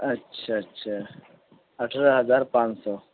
اچھا اچھا اٹھارہ ہزار پانچ سو